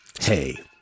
hey